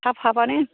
थाब हाबानो